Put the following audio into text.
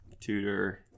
Tutor